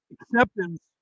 Acceptance